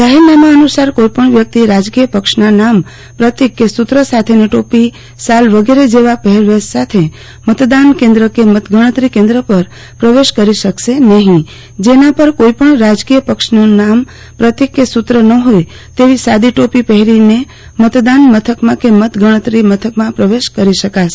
જાહેરનામા અનુસાર કોઇપણ વ્યક્તિ રાજકીય પક્ષના નામ પ્રતિક કે સુત્ર સાથેની ટોપી શાલ વગેરે જેવા પહેરવેશ સાથે મતદાન કેન્દ્ર કે મતગણતરી કેન્દ્ર પર પ્રવેશ કરી શકશે નફી જેના પર કોઇપણ રાજકીય પક્ષનું નામ પ્રતિક કે સુત્ર ન હોય તેવી સાદી ટોપી પફેરીનેમતદાન મથકમાં કે મતગણતરી મથકમાં પ્રવેશ કરી શકાશે